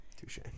Touche